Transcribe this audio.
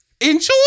Enjoy